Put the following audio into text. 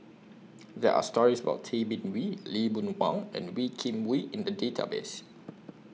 There Are stories about Tay Bin Wee Lee Boon Wang and Wee Kim Wee in The Database